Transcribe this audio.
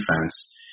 defense